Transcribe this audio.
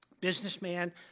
Businessman